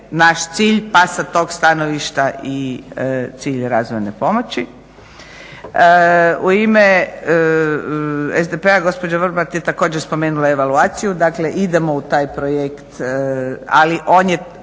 naš cilj pa sa toga stanovišta i cilj razvojne pomoći. U ime SDP-a gospođa Vrbat je također spomenula evaluaciju, dakle idemo u taj projekt, ali on je